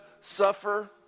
suffer